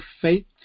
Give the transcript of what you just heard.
faith